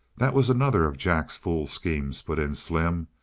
that was another of jack's fool schemes, put in slim.